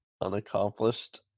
unaccomplished